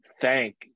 thank